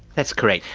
that's correct.